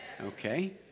Okay